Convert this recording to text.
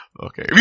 Okay